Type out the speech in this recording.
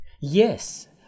yes